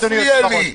אדוני היושב-ראש.